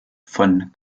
von